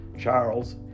Charles